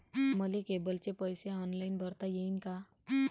मले केबलचे पैसे ऑनलाईन भरता येईन का?